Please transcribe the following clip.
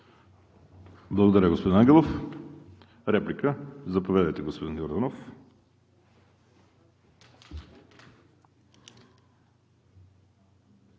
Благодаря Ви, господин Ангелов. Реплика? Заповядайте, господин Йорданов.